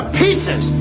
pieces